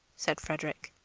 said frederick.